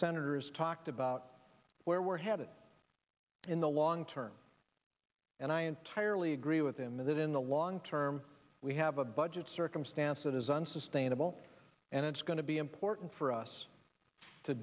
senator has talked about where we're headed in the long term and i entirely agree with him that in the long term we have a budget circumstance that is unsustainable and it's going to be important for us to